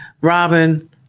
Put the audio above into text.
Robin